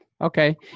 Okay